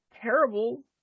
terrible